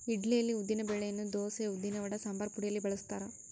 ಇಡ್ಲಿಯಲ್ಲಿ ಉದ್ದಿನ ಬೆಳೆಯನ್ನು ದೋಸೆ, ಉದ್ದಿನವಡ, ಸಂಬಾರಪುಡಿಯಲ್ಲಿ ಬಳಸ್ತಾರ